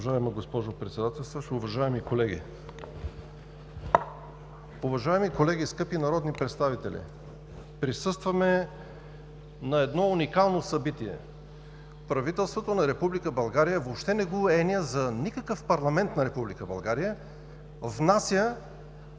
Уважаема госпожо Председател, уважаеми колеги! Уважаеми колеги, скъпи народни представители, присъстваме на едно уникално събитие - правителството на Република България въобще не го е еня за никакъв парламент на Република България. Внася